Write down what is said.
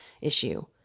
issue